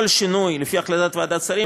לפי החלטת ועדת השרים,